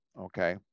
okay